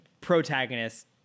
protagonist